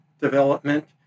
development